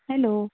hello